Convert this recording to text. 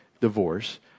divorce